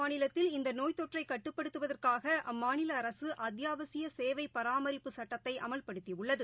மாநிலத்தில் இந்தநோய் தொற்றைகட்டுப்படுத்துதற்காகஅம்மாநிலஅரசுஅத்தியாசியசேவைபராமரிப்பு சட்டத்தைஅமல்படுத்தியுள்ளது